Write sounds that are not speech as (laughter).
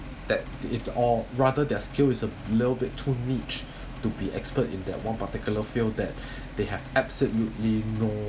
that if or rather their skill is a little bit too niche to be expert in that one particular field that (breath) they have absolutely no